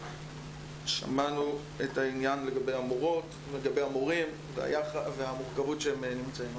שמענו את העניין לגבי המורים והמורות והמורכבות שבה הם נמצאים.